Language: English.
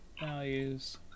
values